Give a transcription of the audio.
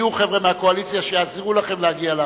יהיו חבר'ה מהקואליציה שיעזרו לכם להגיע ל-40.